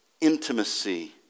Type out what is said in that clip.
intimacy